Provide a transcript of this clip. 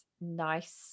nice